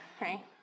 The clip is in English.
right